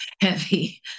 heavy